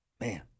Man